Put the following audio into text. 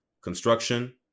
construction